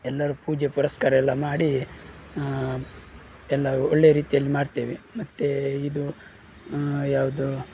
ಎಲ್ಲರೂ ಪೂಜೆ ಪುರಸ್ಕಾರ ಎಲ್ಲ ಮಾಡಿ ಎಲ್ಲ ಒಳ್ಳೆಯ ರೀತಿಯಲ್ಲಿ ಮಾಡ್ತೇವೆ ಮತ್ತು ಇದು ಯಾವುದು